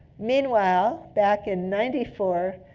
meanwhile, back in ninety four,